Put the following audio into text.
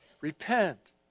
repent